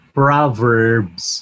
proverbs